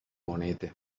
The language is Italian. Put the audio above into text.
monete